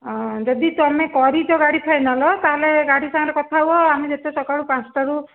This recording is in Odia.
ଯଦି ତୁମେ କରିଛ ଗାଡ଼ି ଫାଇନାଲ୍ ତାହାହେଲେ ଗାଡ଼ି ସାଙ୍ଗରେ କଥା ହୁଅ ଆମେ ଯେତେ ସକାଳୁ ପାଞ୍ଚଟାରୁ